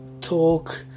talk